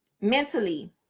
mentally